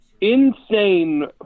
insane